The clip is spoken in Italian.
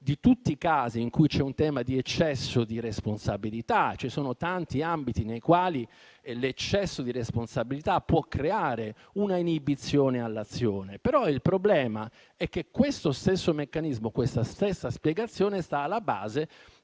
di tutti i casi in cui c'è un problema di eccesso di responsabilità. Ci sono tanti ambiti nei quali l'eccesso di responsabilità può creare un'inibizione all'azione, però il problema è che questo stesso meccanismo e questa stessa spiegazione stanno alla base